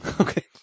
Okay